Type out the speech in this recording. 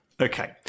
Okay